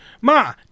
ma